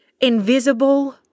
invisible